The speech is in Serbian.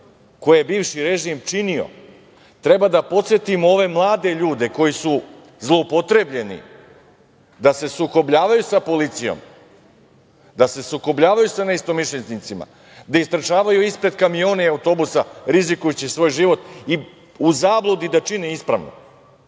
koje je bivši režim činio treba da podsetimo ove mlade ljude koji su zloupotrebljeni da se sukobljavaju sa policijom, da se sukobljavaju sa neistomišljenicima, da istrčavaju ispred kamiona i autobusa rizikujući svoj život u zabludi da čine ispravno